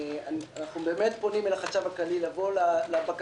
אנחנו באמת פונים אל החשב הכללי לבוא לבקשות